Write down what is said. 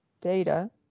data